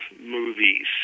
movies